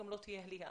גם לא תהיה עלייה.